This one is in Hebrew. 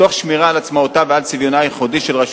תוך שמירה על עצמאותה ועל צביונה הייחודי של רשות